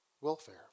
welfare